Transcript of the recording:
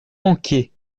manquer